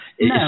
No